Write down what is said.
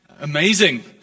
amazing